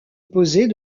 posée